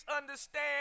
understand